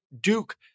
Duke